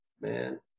man